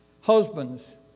Husbands